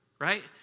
right